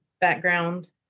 background